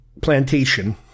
plantation